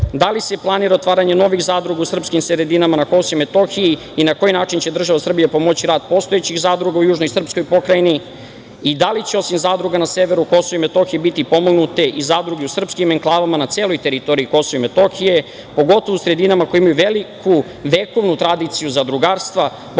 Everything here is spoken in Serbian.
Da li se planira otvaranje novih zadruga u srpskim sredinama na KiM i na koji način će država Srbija pomoći rad postojećih zadruga u južnoj srpskoj pokrajini? Da li će, osim zadruga na severu KiM, biti pomenute i zadruge u srpskim enklavama na celoj teritoriji KiM, pogotovo u sredinama koje imaju veliku vekovnu tradiciju zadrugarstva,